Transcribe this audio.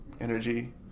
energy